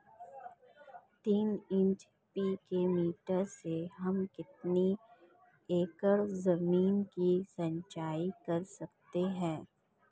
तीन एच.पी की मोटर से हम कितनी एकड़ ज़मीन की सिंचाई कर सकते हैं?